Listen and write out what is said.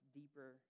deeper